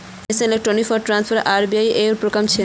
national electronic fund transfer RBI ऐर उपक्रम छेक